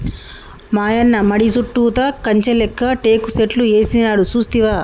మాయన్న మడి సుట్టుతా కంచె లేక్క టేకు సెట్లు ఏసినాడు సూస్తివా